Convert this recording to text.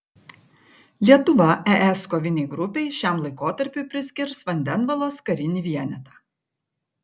lietuva es kovinei grupei šiam laikotarpiui priskirs vandenvalos karinį vienetą